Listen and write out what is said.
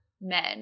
men